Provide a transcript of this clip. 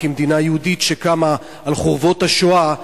כמדינה יהודית שקמה על חורבות השואה,